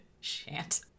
Shant